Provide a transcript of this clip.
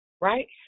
Right